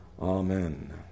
Amen